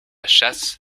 chasse